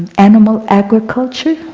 animal agriculture,